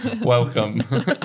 Welcome